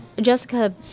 Jessica